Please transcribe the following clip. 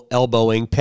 elbowing